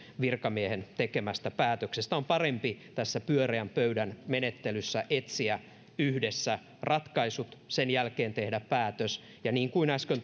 virkamiehen tekemästä päätöksestä on parempi tässä pyöreän pöydän menettelyssä etsiä yhdessä ratkaisut ja sen jälkeen tehdä päätös ja niin kuin äsken